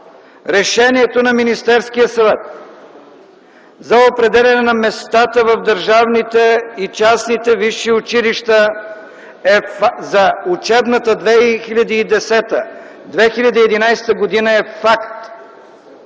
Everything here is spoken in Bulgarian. Решението на Министерския съвет за определяне на местата в държавните и частни висши училища за учебната 2010/2011 г. е факт.